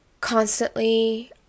constantly